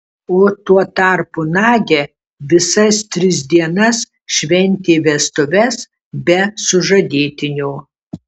o tuo tarpu nadia visas tris dienas šventė vestuves be sužadėtinio